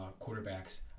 quarterbacks